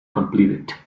completed